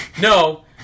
No